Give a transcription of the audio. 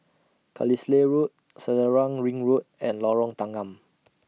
Carlisle Road Selarang Ring Road and Lorong Tanggam